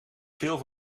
veel